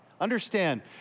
Understand